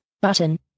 Button